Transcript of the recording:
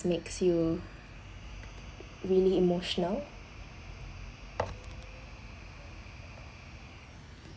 makes you really emotional